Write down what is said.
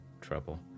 trouble